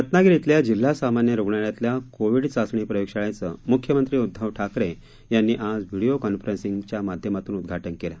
रत्नागिरी क्विल्या जिल्हा सामान्य रुग्णालयातल्या कोविड चाचणी प्रयोगशाळेचं मुख्यमंत्री उद्धव ठाकरे यांनी आज व्हिडीओ कॉन्फेरेंसिंगच्या माध्यमातून उदघाटन केलं